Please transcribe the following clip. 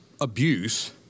abuse